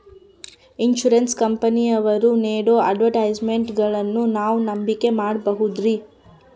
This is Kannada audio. ಇನ್ಸೂರೆನ್ಸ್ ಕಂಪನಿಯವರು ನೇಡೋ ಅಡ್ವರ್ಟೈಸ್ಮೆಂಟ್ಗಳನ್ನು ನಾವು ನಂಬಿಕೆ ಮಾಡಬಹುದ್ರಿ?